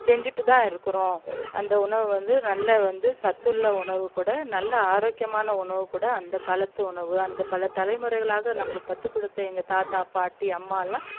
செஞ்சுட்டுதான் இருக்கிறோம் அந்த உணவு வந்து நல்ல வந்து சத்துள்ள உணவு கூட நல்ல ஆரோக்கியமான உணவு கூட அந்தக்காலத்து உணவு அந்த பல தலைமுறைகளாக நம்மளுக்கு கற்று கொடுத்த எங்கள் தாத்தா பாட்டி அம்மாலாம்